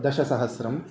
दशसहस्रम्